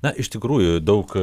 na iš tikrųjų daug